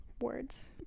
words